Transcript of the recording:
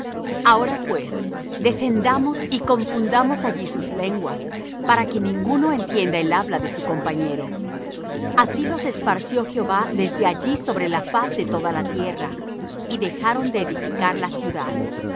ahora pues descendamos y confundamos allí sus lenguas para que ninguno entienda el habla de su compañero así los esparció jehová desde allí sobre la faz de toda la tierra y dejaron de edificar la ciudad